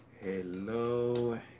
Hello